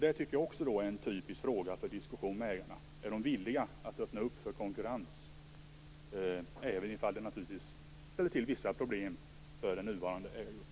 Det tycker jag också är en typisk fråga för diskussion med ägarna, dvs. om de är villiga att öppna för konkurrens även om det naturligtvis ställer till vissa problem för den nuvarande ägargruppen.